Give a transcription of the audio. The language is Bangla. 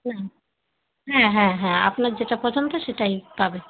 হুঁম হ্যাঁ হ্যাঁ হ্যাঁ আপনার যেটা পছন্দ সেটাই পাবে